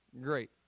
great